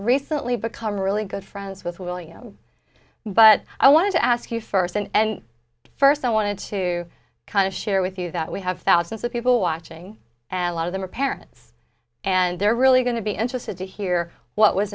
recently become really good friends with will you know but i want to ask you first and first i wanted to kind of share with you that we have thousands of people watching and a lot of them are parents and they're really going to be interested to hear what was